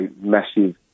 massive